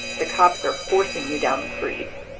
the cops are forcing you down the street.